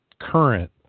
current